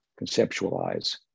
conceptualize